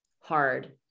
hard